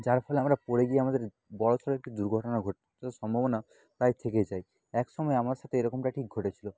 যার ফলে আমরা পড়ে গিয়ে আমাদের বড় সড় একটি দুর্ঘটনা ঘটতে সম্ভাবনা প্রায় থেকে যায় এক সময় আমার সাথে এরকমটা ঠিক ঘটেছিল